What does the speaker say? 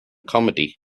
comedy